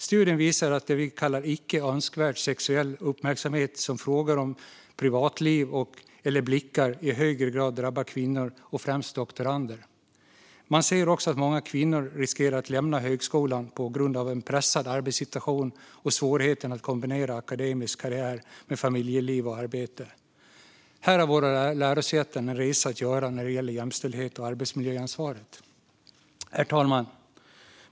Studien visar att det vi kallar icke önskvärd sexuell uppmärksamhet, exempelvis frågor om privatliv eller blickar, i högre grad drabbar kvinnor och främst doktorander. Man ser också att många kvinnor riskerar att lämna högskolan på grund av en pressad arbetssituation och svårigheten att kombinera akademisk karriär med familjeliv och arbete. Här har våra lärosäten en resa att göra när det gäller jämställdhet och arbetsmiljöansvar. Herr talman!